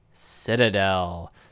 Citadel